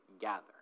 gather